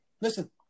Listen